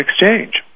exchange